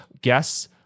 guess